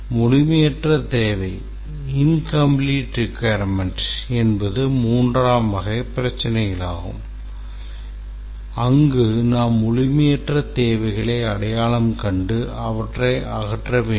முழுமையற்ற தேவை என்பது மூன்றாம் வகை பிரச்சினைகளாகும் அங்கு நாம் முழுமையற்ற தேவைகளை அடையாளம் கண்டு அவற்றை அகற்ற வேண்டும்